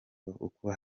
kuko